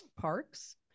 parks